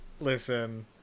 listen